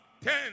ten